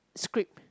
script